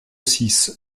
six